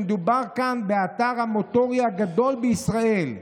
שמדובר כאן באתר המוטורי הגדול בישראל,